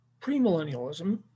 Premillennialism